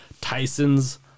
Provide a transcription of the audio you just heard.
Tyson's